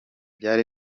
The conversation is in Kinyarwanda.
ryari